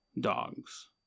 dogs